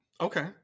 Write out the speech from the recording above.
Okay